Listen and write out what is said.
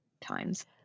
times